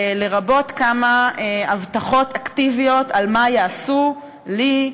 לרבות כמה הבטחות אקטיביות על מה יעשו לי,